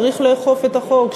צריך לאכוף את החוק,